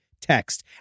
text